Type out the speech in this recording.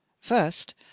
First